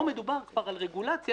פה מדובר כבר על רגולציה